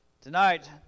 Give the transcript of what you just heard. tonight